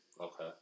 Okay